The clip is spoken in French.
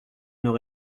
nos